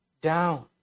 Down